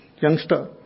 youngster